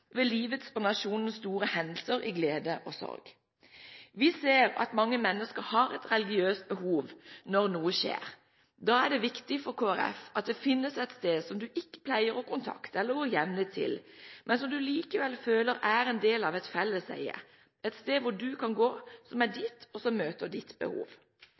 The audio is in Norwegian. ved livets og nasjonens store hendelser i glede og i sorg. Vi ser at mange mennesker har et religiøst behov når noe skjer. Da er det viktig for Kristelig Folkeparti at det finnes et sted som man ikke pleier å kontakte eller gå jevnlig til, men som man likevel føler er en del av et felleseie – et sted hvor man kan gå, som er ens eget og som møter ens behov.